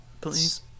Please